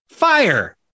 fire